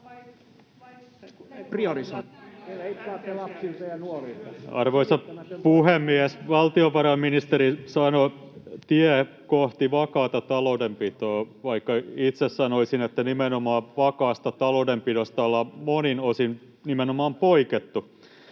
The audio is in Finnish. Arvoisa puhemies! Valtiovarainministeri sanoi ”tie kohti vakaata taloudenpitoa”, vaikka itse sanoisin, että vakaasta taloudenpidosta ollaan monin osin nimenomaan poikettu.